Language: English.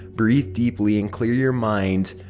breathe deeply, and clear your mind.